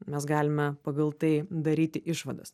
mes galime pagal tai daryti išvadas